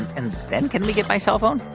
and then can we get my cellphone?